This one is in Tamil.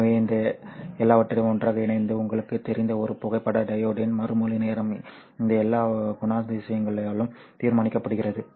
எனவே இந்த எல்லாவற்றையும் ஒன்றாக இணைத்து உங்களுக்குத் தெரிந்த ஒரு புகைப்பட டையோட்டின் மறுமொழி நேரம் இந்த எல்லா குணாதிசயங்களாலும் தீர்மானிக்கப்படுகிறது